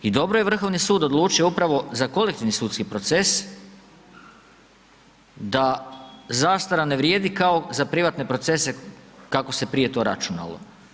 I dobro je Vrhovni sud, odlučio upravo za kolektivni sudski proces, da zastara ne vrijedi, kao za privatne procese kako se prije to računalo.